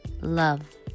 love